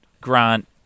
Grant